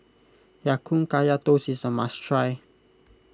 Ya Kun Kaya Toast is a must try